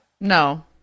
No